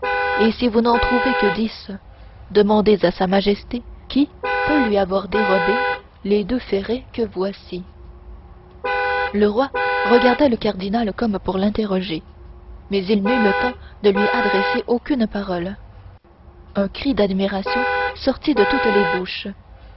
et si vous n'en trouvez que dix demandez à sa majesté qui peut lui avoir dérobé les deux ferrets que voici le roi regarda le cardinal comme pour l'interroger mais il n'eut le temps de lui adresser aucune question un cri d'admiration sortit de toutes les bouches